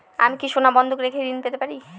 আমি কি সোনা বন্ধক রেখে ঋণ পেতে পারি?